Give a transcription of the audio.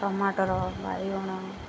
tomato ବାଇଗଣ